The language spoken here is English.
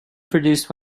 produced